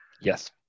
Yes